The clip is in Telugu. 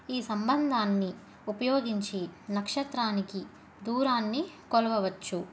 ఈ సంబంధాన్ని ఉపయోగించి నక్షత్రానికి దూరాన్ని కొలవవచ్చు